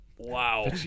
Wow